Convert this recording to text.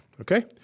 okay